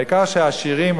העיקר שהעשירים,